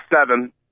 seven